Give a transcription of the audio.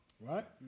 Right